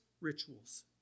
rituals